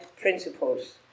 principles